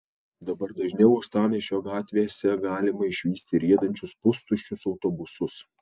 dabar dažniau uostamiesčio gatvėse galima išvysti riedančius pustuščius autobusus